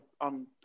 on